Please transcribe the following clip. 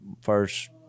first